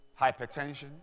hypertension